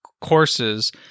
courses